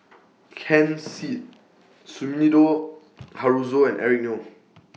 Ken Seet Sumida Haruzo and Eric Neo